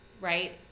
right